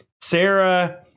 Sarah